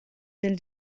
del